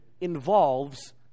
involves